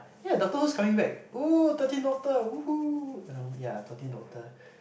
ya Doctor Who is coming back !ooh! thirteenth doctor !woohoo! ya thirteenth doctor